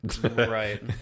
Right